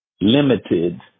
Limited